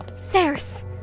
Stairs